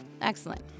Excellent